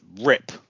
rip